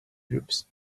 groups